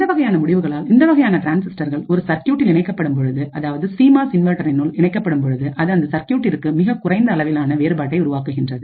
இந்தவகையான முடிவுகளால்இந்த வகையான டிரான்சிஸ்டர்கள் ஒரு சர்க்யூட்டில் இணைக்கப்படும் பொழுது அதாவது சீமாஸ் இன்வெர்ட்டரினுள் இணைக்கப்படும் பொழுது அது அந்த சர்க்யூட்டிற்கு மிகக்குறைந்த அளவிலான வேறுபாட்டை உருவாக்குகின்றது